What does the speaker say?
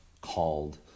called